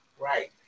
right